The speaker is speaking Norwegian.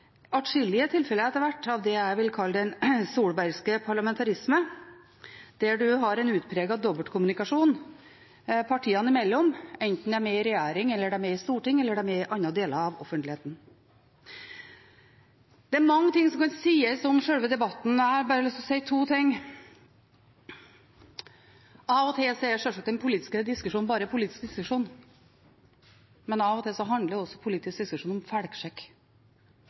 atskillige tilfeller etter hvert av det jeg vil kalle den solbergske parlamentarisme, der en har en utpreget dobbeltkommunikasjon partiene imellom, enten de er i regjering, i storting eller i andre deler av offentligheten. Det er mange ting som kan sies om sjølve debatten, jeg har bare lyst til å si to ting: Av og til er sjølsagt den politiske diskusjonen bare en politisk diskusjon. Men av og til handler politisk diskusjon også om